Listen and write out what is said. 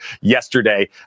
yesterday